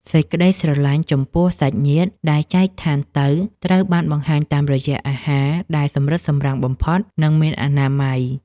សេចក្តីស្រឡាញ់ចំពោះសាច់ញាតិដែលចែកឋានទៅត្រូវបានបង្ហាញតាមរយៈអាហារដែលសម្រិតសម្រាំងបំផុត និងមានអនាម័យ។